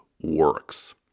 works